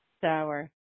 sour